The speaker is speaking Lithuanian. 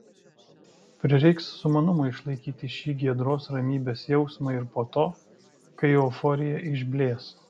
prireiks sumanumo išlaikyti šį giedros ramybės jausmą ir po to kai euforija išblės